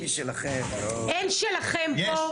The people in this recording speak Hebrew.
אין שלכם פה,